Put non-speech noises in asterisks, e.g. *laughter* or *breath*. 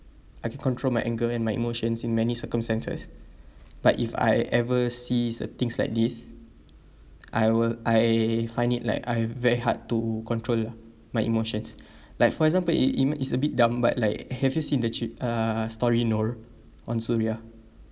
I can control my anger and my emotions in many circumstances but if I ever sees a things like this I will I find it like I very hard to control lah my emotions *breath* like for example e~ even it's a bit dumb but like have you seen the ce~ uh story nur on suria